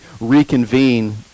reconvene